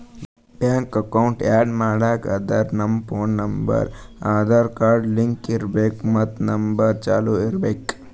bank account add ಮಾಡ್ಬೇಕ್ ಅಂದುರ್ ನಮ್ ಫೋನ್ ನಂಬರ್ ಆಧಾರ್ ಕಾರ್ಡ್ಗ್ ಲಿಂಕ್ ಇರ್ಬೇಕ್ ಮತ್ ನಂಬರ್ ಚಾಲೂ ಇರ್ಬೇಕ್